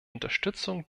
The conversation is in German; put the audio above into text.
unterstützung